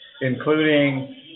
including